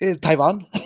Taiwan